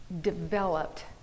developed